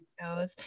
shows